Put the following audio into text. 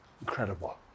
Incredible